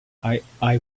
i—i